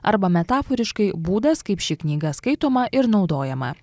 arba metaforiškai būdas kaip ši knyga skaitoma ir naudojama